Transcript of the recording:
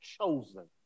chosen